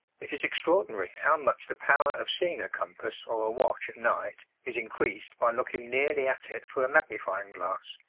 it is extraordinary how much the power of seeing a compass or a watch at night is increased by looking nearly at it through a magnifying-glass.